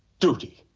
duty.